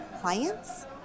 clients